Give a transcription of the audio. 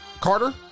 Carter